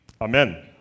Amen